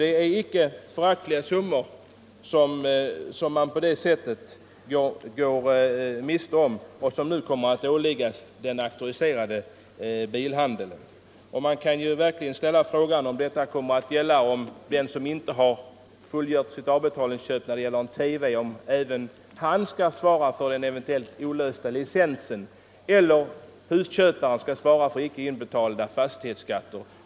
Det är icke föraktliga summor som den auktoriserade bilhandeln på det sättet kommer att gå miste om. Man kan fråga sig om det också kommer att bli så att radiohandlaren skall svara för den eventuellt olösta licensen då den som köpt en TV på avbetalning inte fullgjort sina åligganden, eller om hussäljaren skall svara för icke inbetalda fastighetsskatter.